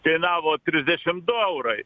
kainavo trisdešimt du eurai